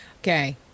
Okay